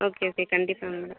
okay okay கண்டிப்பாக madam